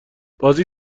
بازی